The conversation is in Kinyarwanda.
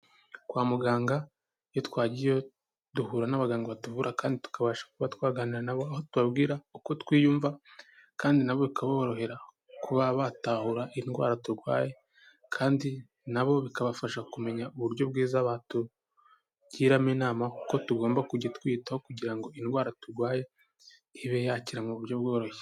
Kwa muganga iyo twagiyeyo duhura n'abaganga batuvura kandi tukabasha kuba twaganira nabo, aho tubabwira uko twiyumva kandi nabo bikaborohera kuba batahura indwara turwaye, kandi nabo bikabafasha kumenya uburyo bwiza batugiramo inama, uko tugomba kujya twiyitaho kugira ngo indwara turwaye ibe yakira mu buryo bworoshye.